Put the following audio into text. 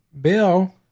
Bill